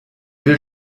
will